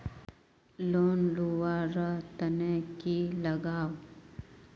Loan लुवा र तने की लगाव?